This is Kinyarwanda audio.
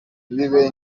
ntibibe